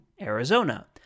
Arizona